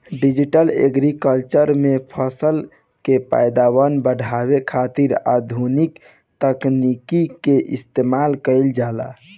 digital agriculture में फसल के पैदावार बढ़ावे खातिर आधुनिक तकनीकी के इस्तेमाल कईल जाला